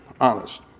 honest